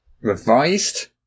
revised